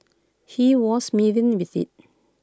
he was smitten with IT